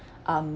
um